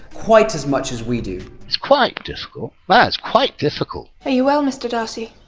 quite as much as we do it's quite difficult, but it's quite difficult' are you well mr. darcy